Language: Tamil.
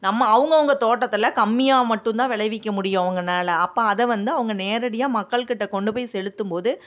நம்ம அவங்கவுங்க தோட்டத்தில் கம்மியாக மட்டுந்தான் விளைவிக்க முடியும் அவங்கனால அப்போது அதை வந்து அவங்க நேரடியாக மக்கள்கிட்ட கொண்டு போய் செலுத்தும்போது